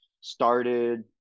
started